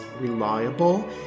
reliable